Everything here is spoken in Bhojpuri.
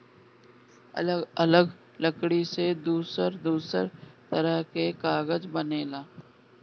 अलग अलग लकड़ी से दूसर दूसर तरह के कागज बनेला